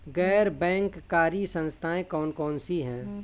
गैर बैंककारी संस्थाएँ कौन कौन सी हैं?